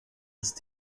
ist